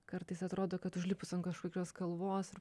kartais atrodo kad užlipus ant kažkokios kalvos ir